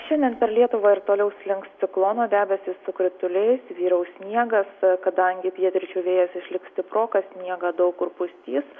šiandien per lietuvą ir toliau slinks ciklono debesys su krituliais vyraus sniegas kadangi pietryčių vėjas išliks stiprokas sniegą daug kur pustys